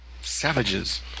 savages